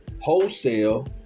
Wholesale